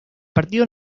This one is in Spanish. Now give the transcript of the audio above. partido